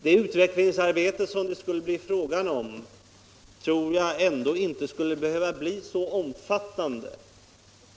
Det utvecklingsarbete som måste till tror jag inte skulle behöva bli så omfattande.